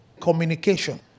communication